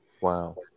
Wow